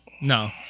no